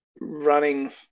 running